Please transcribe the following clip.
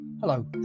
Hello